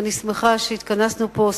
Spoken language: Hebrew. ואני שמחה שהתכנסנו פה,